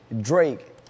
Drake